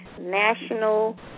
National